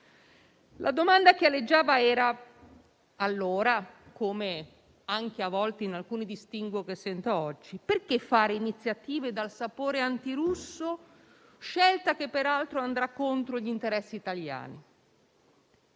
La domanda che aleggiava allora, come anche a volte in alcuni distinguo che sento oggi, era la seguente: perché fare iniziative dal sapore antirusso, scelta che peraltro andrà contro gli interessi italiani?